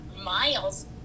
miles